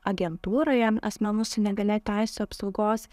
agentūra jam asmenų su negalia teisių apsaugos